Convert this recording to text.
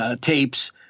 tapes